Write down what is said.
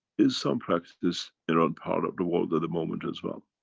is some practice around part of the world at the moment as well.